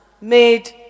made